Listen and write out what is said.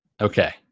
Okay